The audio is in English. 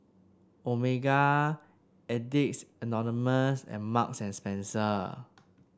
Omega Addicts Anonymous and Marks and Spencer